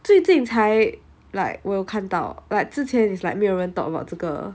最近才 like 我有看到 but 之前 is like 没有人 talk about 这个